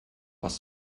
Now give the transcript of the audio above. was